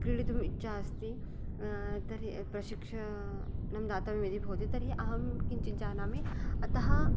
क्रीडितुम् इच्छा अस्ति तर्हि प्रशिक्षणं दातव्यं यदि भवति तर्हि अहं किञ्चित् जानामि अत